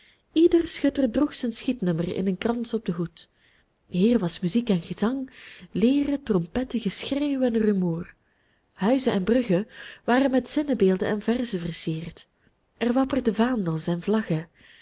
ieder schutter droeg zijn schietnummer in een krans op den hoed hier was muziek en gezang lieren trompetten geschreeuw en rumoer huizen en bruggen waren met zinnebeelden en verzen versierd er wapperden vaandels en vlaggen